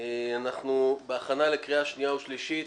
הכנה לקריאה שנייה ושלישית.